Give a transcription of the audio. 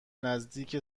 نزدیک